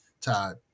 Todd